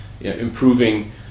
improving